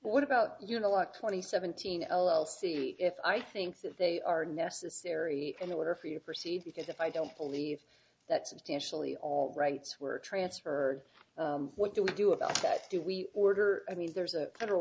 what about you know like twenty seventeen i'll see if i think that they are necessary in order for you proceed because if i don't believe that substantially all rights were transferred what do we do about that do we order i mean there's a federal